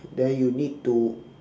then you need to